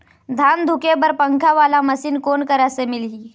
धान धुके बर पंखा वाला मशीन कोन करा से मिलही?